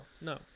No